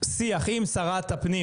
שיח עם שרת הפנים,